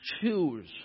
choose